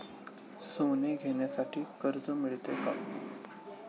सोने घेण्यासाठी कर्ज मिळते का?